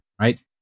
right